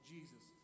Jesus